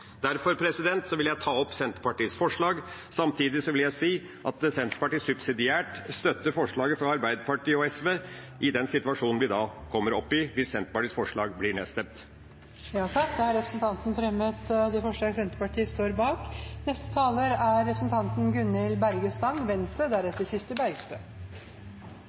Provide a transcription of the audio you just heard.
Derfor vil jeg ta opp Senterpartiets forslag. Samtidig vil jeg si at Senterpartiet subsidiært støtter forslaget fra Arbeiderpartiet og SV i den situasjonen vi da kommer opp i hvis Senterpartiets forslag blir nedstemt. Representanten Per Olaf Lundteigen har fremmet det forslaget han refererte til. Norsk petroleumsverksemd skal og må vere verdsleiande innan helse, miljø og tryggleik. Dette er